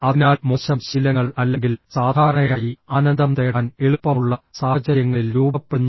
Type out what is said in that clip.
അതിനാൽ മോശം ശീലങ്ങൾ അല്ലെങ്കിൽ സാധാരണയായി ആനന്ദം തേടാൻ എളുപ്പമുള്ള സാഹചര്യങ്ങളിൽ രൂപപ്പെടുന്നു